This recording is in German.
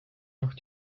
noch